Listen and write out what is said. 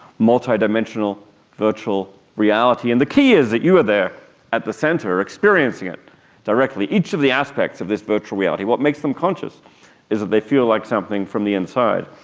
multidimensional virtual reality. and the key is that you are there at the centre experiencing it directly. each of the aspects of this virtual reality, what makes them conscious is that they feel like something from the inside.